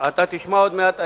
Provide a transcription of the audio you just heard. אתה תשמע עוד מעט.